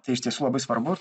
tai iš tiesų labai svarbu